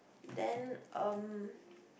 then um